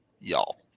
y'all